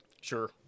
Sure